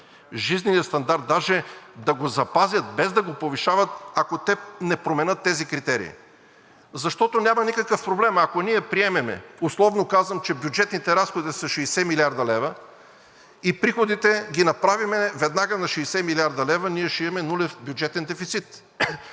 жизнения стандарт, даже да го запазят, без да го повишават, ако те не променят тези критерии. Защото няма никакъв проблем – ако ние приемем, условно казвам, че бюджетните разходи са 60 млрд. лв. и направим приходите веднага на 60 млрд. лв., ние ще имаме нулев бюджетен дефицит.